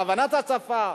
והבנת השפה,